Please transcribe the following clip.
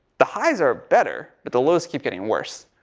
the highs are better but the lows keep getting worse.